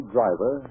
Driver